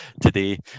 today